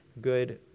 good